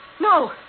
No